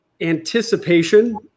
anticipation